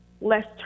less